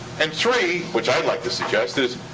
and three, which i'd like to suggest, is